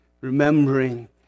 Remembering